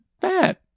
bad